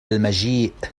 المجيء